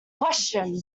question